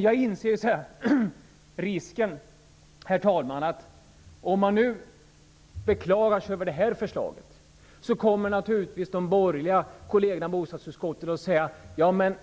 Jag inser risken, herr talman, att om man nu beklagar sig över detta förslag, kommer de borgerliga kollegerna i bostadsutskottet att säga: Men